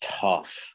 tough